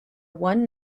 one